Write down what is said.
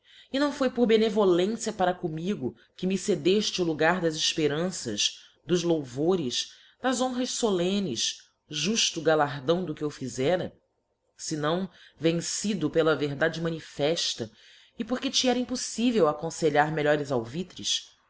e não foi por benevolência para comigo que me cedefte o logar das efperanças dos louvores das honras folemnes jufto galardão do que eu fizera fenão vencido pela verdade manifefta e porque te era impoflivel aconfelhar melhores alvitres